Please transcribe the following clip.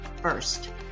first